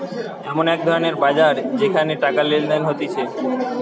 এমন এক ধরণের বাজার যেখানে টাকা লেনদেন হতিছে